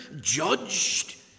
judged